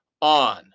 on